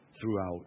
throughout